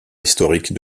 historique